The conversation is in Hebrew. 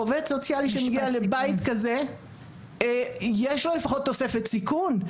עובדת סוציאלית שמגיעה לבית כזה יש לה לפחות תוספת סיכון.